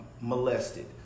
molested